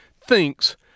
thinks